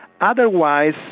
Otherwise